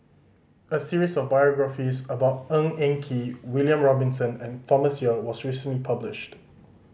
a series of biographies about Ng Eng Kee William Robinson and Thomas Yeo was recently published